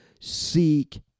seek